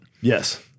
Yes